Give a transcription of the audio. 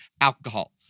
alcohol